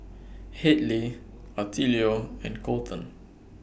Hadley Attilio and Kolten